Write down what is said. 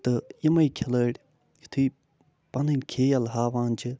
تہٕ یِمَے کھلٲڑۍ یُتھٕے پَنٕنۍ کھیل ہاوان چھِ